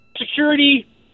security